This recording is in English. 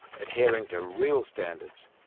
adhering to real standards,